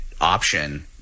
option